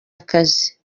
akazi